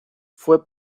fue